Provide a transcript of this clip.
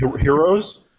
heroes